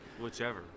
Whichever